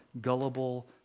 gullible